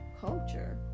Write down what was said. culture